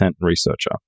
researcher